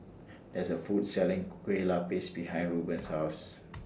There IS A Food Selling Kue Lupis behind Reuben's House